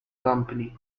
company